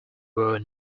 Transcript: were